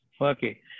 Okay